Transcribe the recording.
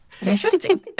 Interesting